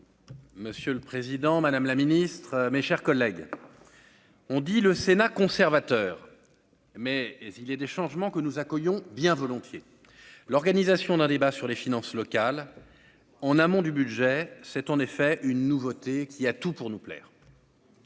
Monsieur le Président, Madame la Ministre, mes chers collègues, ont dit le Sénat conservateur mais et les des changements que nous accueillons bien volontiers l'organisation d'un débat sur les finances locales en amont du budget, c'est en effet une nouveauté qui a tout pour nous plaire.